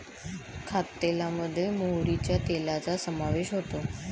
खाद्यतेलामध्ये मोहरीच्या तेलाचा समावेश होतो